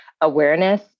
awareness